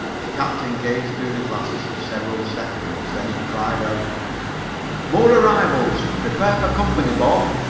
the captain gazed through the glasses for several seconds. then he cried out more arrivals! prepare for company, bob!